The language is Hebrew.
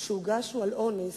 כתב האישום שהוגש הוא על אונס,